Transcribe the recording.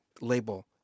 label